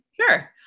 Sure